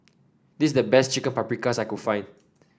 this is the best Chicken Paprikas that I can find